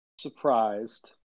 surprised